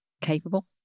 capable